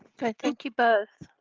thank you both.